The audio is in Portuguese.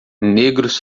negros